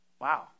Wow